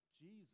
Jesus